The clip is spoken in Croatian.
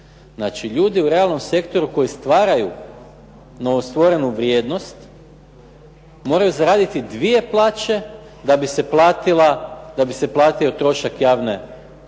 ljudi u realnom sektoru koji stvaraju novostvorenu vrijednost moraju zaraditi dvije plaće da bi se platio trošak javne uprave i